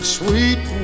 sweet